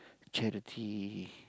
charity